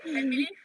I believe